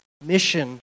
mission